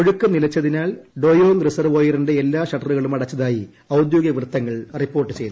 ഒഴുക്ക് നിലച്ചതിനാൽ ഡൊയോംഗ് റിസർവോയറിന്റെ എല്ലാ ഷട്ടറുകളും അടച്ചതായി ഔദ്യോഗിക വൃത്തങ്ങൾ റിപ്പോർട്ട് ചെയ്തു